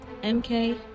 MK